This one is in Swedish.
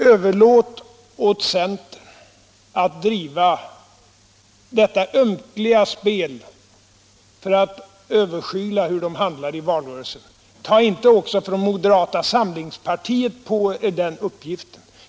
Överlåt åt centern att driva detta ömkliga spel för att överskyla hur de handlade i valrörelsen! Tag inte också från moderata samlingspartiet på er den uppgiften!